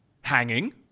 Hanging